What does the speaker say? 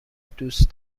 دوست